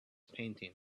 painting